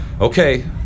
Okay